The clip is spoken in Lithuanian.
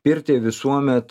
pirtį visuomet